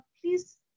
please